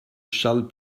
charles